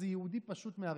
איזה יהודי פשוט מהרחוב,